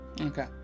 Okay